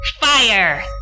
Fire